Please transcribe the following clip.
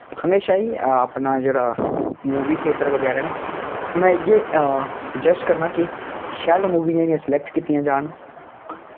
हमेशा ई अपना जेह्ड़ा मूवी थियेटर बगैरा न में इ'यै सजैस्ट करना कि शैल मूवियां जेह्ड़ियां स्लैक्ट कीतियां जान